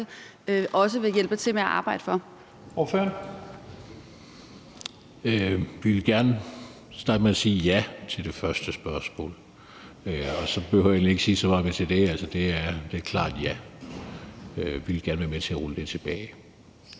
Kl. 11:55 Steffen Larsen (LA): Jeg vil gerne starte med at sige ja til det første spørgsmål, og så behøver jeg egentlig ikke sige så meget mere til det. Det er et klart ja. Vi vil gerne være med til at rulle det tilbage.